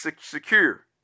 secure